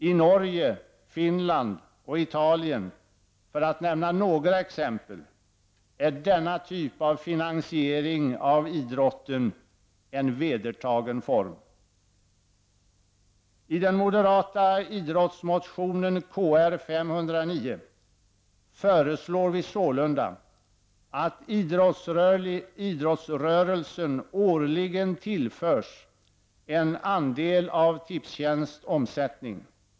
I Norge, Finland och Italien, för att nämna några exempel, är denna typ av finansiering av idrotten en vedertagen form. I den moderata idrottsmotionen Kr509 föreslår vi sålunda att idrottsrörelsen årligen tillförs en andel av Tipstjänsts omsättning.